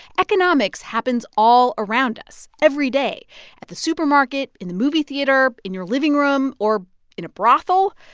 economics happens all around us, every day at the supermarket, in the movie theater, in your living room or in a brothel.